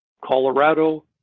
Colorado